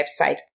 website